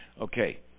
Okay